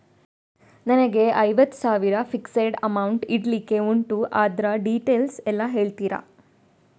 ನನಗೆ ಐವತ್ತು ಸಾವಿರ ಫಿಕ್ಸೆಡ್ ಅಮೌಂಟ್ ಇಡ್ಲಿಕ್ಕೆ ಉಂಟು ಅದ್ರ ಡೀಟೇಲ್ಸ್ ಎಲ್ಲಾ ಹೇಳ್ತೀರಾ?